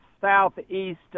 southeast